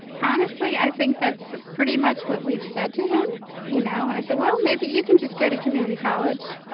honestly, i think that's pretty much what we've said to him you know, i said, well, maybe you can just go to community college.